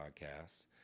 podcasts